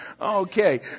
Okay